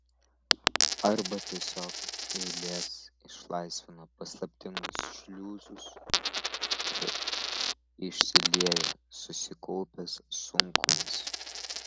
arba tiesiog eilės išlaisvino paslaptingus šliuzus ir išsiliejo susikaupęs sunkumas